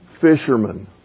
fishermen